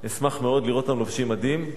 אשמח מאוד לראות אותם לובשים מדים.